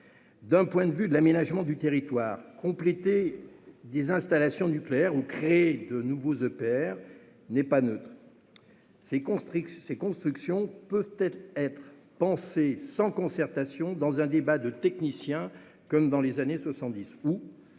Du point de vue de l'aménagement du territoire, compléter des installations nucléaires ou créer de nouveaux EPR n'est pas neutre. Ces constructions peuvent-elles être pensées sans concertation dans un débat de techniciens, comme dans les années 1970 ?